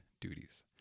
duties